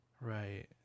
Right